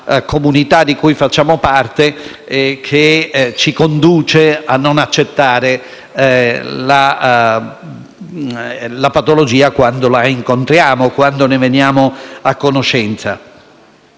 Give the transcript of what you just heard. comunità di cui facciamo parte, che ci conducono a non accettare la patologia quando la incontriamo e ne veniamo a conoscenza.